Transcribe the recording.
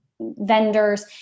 vendors